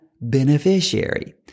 beneficiary